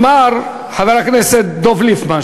אמר חבר הכנסת דב ליפמן,